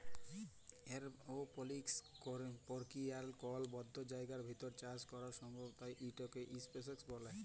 এরওপলিক্স পর্কিরিয়াতে কল বদ্ধ জায়গার ভিতর চাষ ক্যরা সম্ভব তাই ইট ইসপেসে ক্যরে